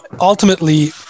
ultimately